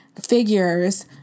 figures